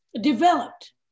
developed